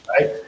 Right